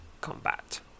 combat